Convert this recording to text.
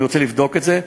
אני רוצה לבדוק את זה,